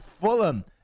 Fulham